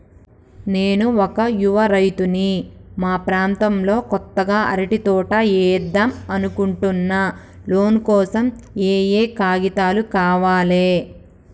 నేను ఒక యువ రైతుని మా ప్రాంతంలో కొత్తగా అరటి తోట ఏద్దం అనుకుంటున్నా లోన్ కోసం ఏం ఏం కాగితాలు కావాలే?